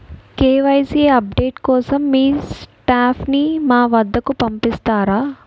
KYC update కోసం మీ staff ని మా వద్దకు పంపిస్తారా?